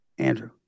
Andrew